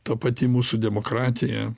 ta pati mūsų demokratija